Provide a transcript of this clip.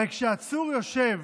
הרי כשעצור יושב